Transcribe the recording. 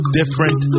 different